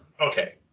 okay